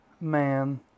man